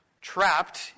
trapped